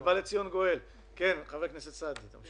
חבר הכנסת אופיר